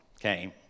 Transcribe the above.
came